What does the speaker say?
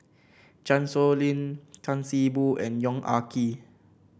Chan Sow Lin Tan See Boo and Yong Ah Kee